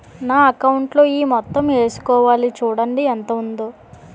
నా అకౌంటులో ఈ మొత్తం ఏసుకోవాలి చూడండి ఎంత ఉందో